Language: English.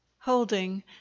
Holding